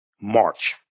March